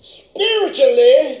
spiritually